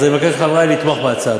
אז אני מבקש מחברי לתמוך בהצעה.